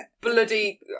bloody